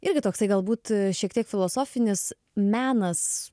irgi toksai galbūt šiek tiek filosofinis menas